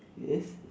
yes